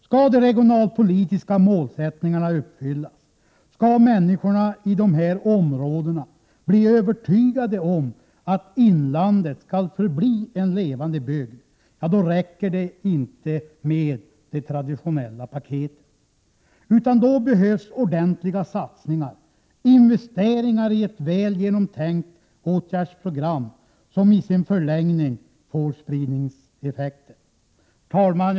Skall de regionalpolitiska målsättningarna uppfyllas, skall människorna i de här områdena bli övertygade om att inlandet kommer att förbli en levande bygd, räcker det inte med de traditionella paketen. Då behövs det ordentliga satsningar, investeringar i ett väl genomtänkt åtgärdsprogram, som i sin förlängning får spridningseffekter. Herr talman!